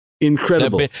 Incredible